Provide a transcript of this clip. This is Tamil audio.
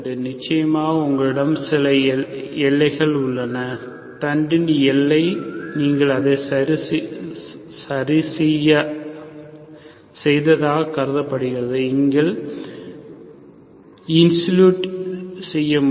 நிச்சயமாக உங்களிடம் சில எல்லைகள் உள்ளன தட்டின் எல்லை நீங்கள் அதை சரிசெய்ததாக கருதப்படுகிறது நீங்கள் இன்சலுடெட் என சொல்ல முடியும்